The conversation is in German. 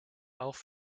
auch